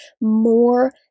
more